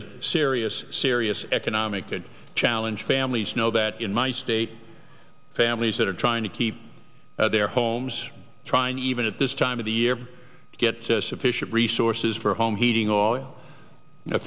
a serious serious economic challenge families know that in my state families that are trying to keep their homes trying even at this time of the year to get sufficient resources for home heating o